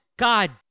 God